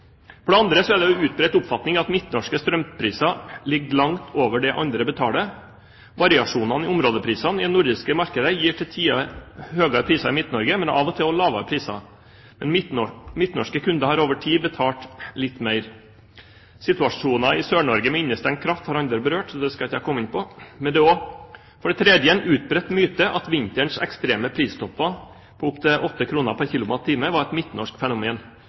For det andre er det en utbredt oppfatning at midtnorske strømpriser ligger langt over det man betaler andre steder. Variasjonene i områdeprisene i det nordiske markedet gir til tider høyere priser i Midt-Norge, av og til også lavere priser – men kunder i Midt-Norge har over tid betalt litt mer. Situasjonen i Sør-Norge, med innestengt kraft, har andre berørt, så det skal jeg ikke komme inn på. For det tredje er det en utbredt myte at vinterens ekstreme pristopper, på opptil 8 kr pr. kilowattime, er et midtnorsk fenomen.